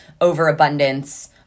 overabundance